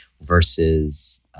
Versus